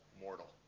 mortal